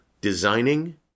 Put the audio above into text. designing